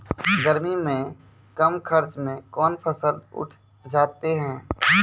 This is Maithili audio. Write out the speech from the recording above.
गर्मी मे कम खर्च मे कौन फसल उठ जाते हैं?